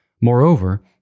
Moreover